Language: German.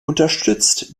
unterstützt